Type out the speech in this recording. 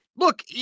Look